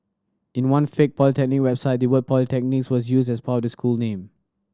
in one fake polytechnic website the word Polytechnics was used as part of the school name